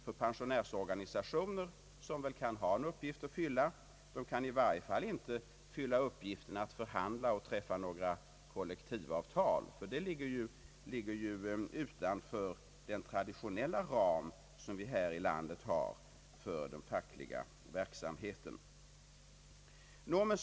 — Pensionärsorganisationerna, som väl har en uppgift att fylla, kan i varje fall inte förhandla och träffa kollektivavtal, eftersom detta ligger utanför den traditionella ramen för facklig verksamhet här i landet.